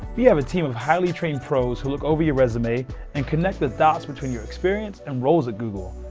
we have a team of highly-trained pros who look over your resume and connect the dots between your experience and roles at google.